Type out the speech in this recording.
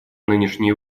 нынешние